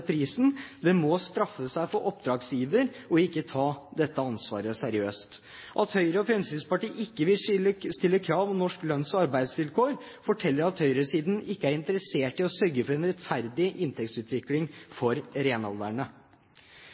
prisen. Det må straffe seg for oppdragsgiver ikke å ta dette ansvaret seriøst. At Høyre og Fremskrittspartiet ikke vil stille krav om norske lønns- og arbeidsvilkår, forteller at høyresiden ikke er interessert i å sørge for en rettferdig inntektsutvikling for